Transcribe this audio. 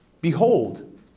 Behold